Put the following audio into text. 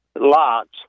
Lots